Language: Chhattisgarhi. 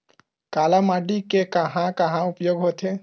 काली माटी के कहां कहा उपयोग होथे?